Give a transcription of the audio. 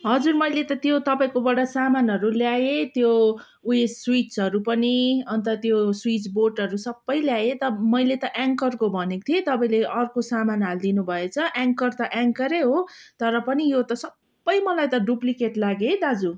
हजुर मैले त त्यो तपाईँकोबाट सामानहरू ल्याएँ त्यो उएस स्विचहरू पनि अन्त त्यो स्विच बोर्डहरू सबै ल्याएँ त मैले त एङ्करको भनेको थिएँ तपाईँले अर्को सामान हाल्दिनु भएछ एङ्कर त एङ्करै हो तर पनि यो त सबै मलाई त डुप्लिकेट लाग्यो है दाजु